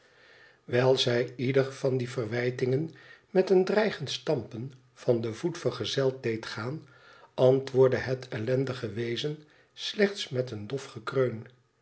wijl zij ieder van die verwijtingen met een dreigend stampen van den voet vergezeld deed gaan antwoordde het ellendige wezen slechts met een dof gekreun